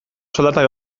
soldatak